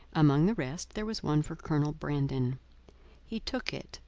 among the rest there was one for colonel brandon he took it,